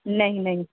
نہیں نہیں